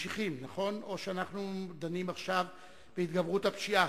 או שאנחנו דנים עכשיו בהתגברות הפשיעה?